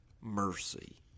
mercy